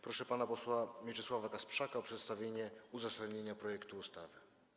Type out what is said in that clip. Proszę pana posła Mieczysława Kasprzaka o przedstawienie uzasadnienia projektu ustawy.